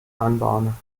anbahnen